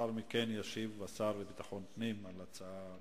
לאחר מכן ישיב השר לביטחון פנים על ההצעות לסדר-היום.